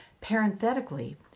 Parenthetically